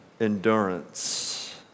endurance